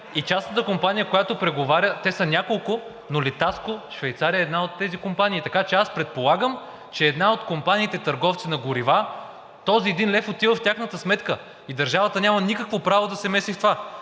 и частната компания, която преговаря, те са няколко, но „Литаско“ – Швейцария, е една от тези компании. Така че аз предполагам, че една от компаниите търговци на горива, този един лев отива в тяхната сметка и държавата няма никакво право да се меси в това.